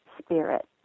spirit